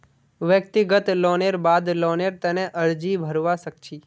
व्यक्तिगत लोनेर बाद लोनेर तने अर्जी भरवा सख छि